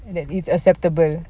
and that it's acceptable